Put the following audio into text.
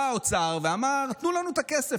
בא האוצר ואמר: תנו לנו את הכסף,